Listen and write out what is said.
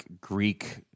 Greek –